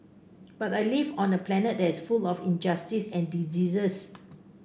but I live on a planet that is full of injustice and diseases